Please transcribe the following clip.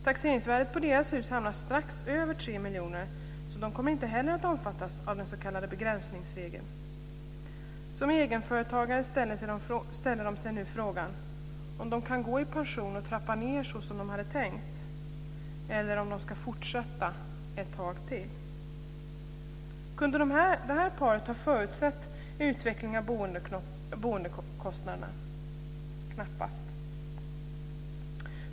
Taxeringsvärdet på deras hus hamnar lite över 3 miljoner, så inte heller de kommer att omfattas av den s.k. begränsningsregeln. Som egenföretagare ställer de sig nu frågan om de kan gå i pension och trappa ned så som de hade tänkt eller om de ska fortsätta ett tag till. Kunde det här paret ha förutsett utvecklingen av boendekostnaderna? Knappast.